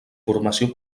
formació